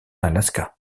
alaska